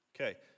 Okay